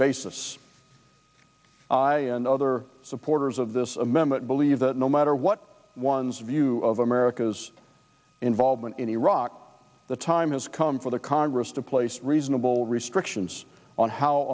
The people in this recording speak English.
basis and other supporters of this amendment believe that no matter what of america's involvement in iraq the time has come for the congress to place reasonable restrictions on how